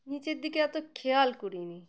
নিচের দিকে এত খেয়াল করিনি